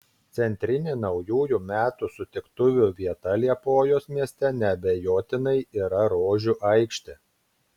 centrinė naujųjų metų sutiktuvių vieta liepojos mieste neabejotinai yra rožių aikštė